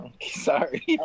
Sorry